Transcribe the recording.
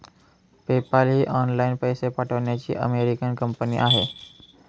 PayPal ही online पैसे पाठवण्याची अमेरिकन कंपनी आहे